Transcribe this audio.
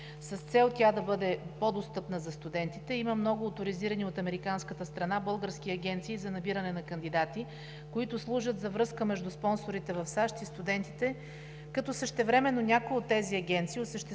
С цел тя да бъде по-достъпна за студентите има много оторизирани от американската страна български агенции за набиране на кандидати, които служат за връзка между спонсорите в САЩ и студентите, като същевременно някои от тези агенции